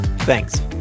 Thanks